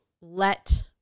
let